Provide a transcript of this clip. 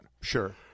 Sure